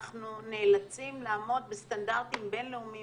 אנחנו נאלצים לעמוד בסטנדרטים בינלאומיים